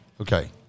Okay